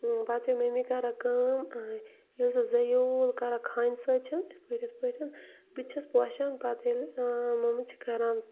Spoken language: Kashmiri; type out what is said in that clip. پَتہٕ چھِ مٔمی کَران ییٚلہِ سُہ زٔیوٗل کَران خانہِ سۭتۍ چھ یِتھ پٲٹھۍ یِتھ پٲٹھۍ بہٕ تہِ چھَس پوشان پَتہٕ ییٚلہِ مومہٕ چھِ کَران